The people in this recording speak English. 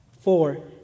Four